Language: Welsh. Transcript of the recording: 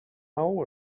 awr